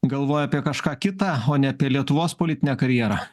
galvoja apie kažką kita o ne apie lietuvos politinę karjerą